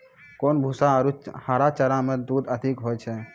कोन भूसा आरु हरा चारा मे दूध अधिक होय छै?